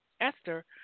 Esther